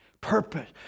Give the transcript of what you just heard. Purpose